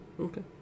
Okay